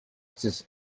texas